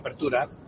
apertura